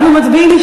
אנחנו מצביעים.